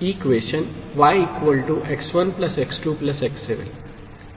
y x1 x2 x7